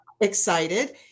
excited